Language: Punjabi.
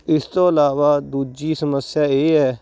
ਇਸ ਤੋਂ ਇਲਾਵਾ ਦੂਜੀ ਸਮੱਸਿਆ ਇਹ ਹੈ